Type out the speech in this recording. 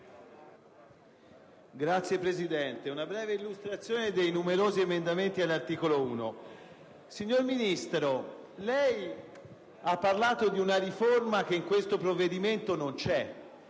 Signora Presidente, illustrerò brevemente i numerosi emendamenti all'articolo 1. Signor Ministro, lei ha parlato di una riforma che in questo provvedimento non c'è.